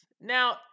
Now